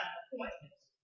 appointments